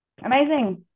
Amazing